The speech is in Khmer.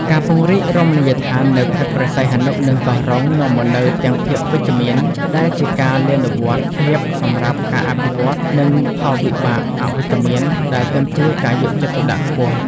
ការពង្រីករមណីយដ្ឋាននៅខេត្តព្រះសីហនុ និងកោះរ៉ុង នាំមកនូវទាំង ភាពវិជ្ជមាន ដែលជាកាលានុវត្តភាពសម្រាប់ការអភិវឌ្ឍ និង ផលវិបាកអវិជ្ជមាន ដែលទាមទារការយកចិត្តទុកដាក់ខ្ពស់។